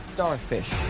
Starfish